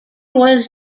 was